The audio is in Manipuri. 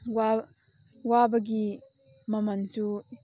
ꯋꯥ ꯋꯥꯕꯒꯤ ꯃꯃꯜꯁꯨ